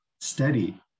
steady